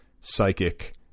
psychic